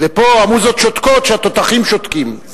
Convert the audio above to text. ופה המוזות שותקות כשהתותחים שותקים,